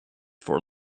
for